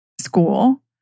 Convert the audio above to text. school